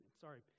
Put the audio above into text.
sorry